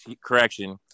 correction